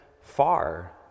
far